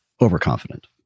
overconfident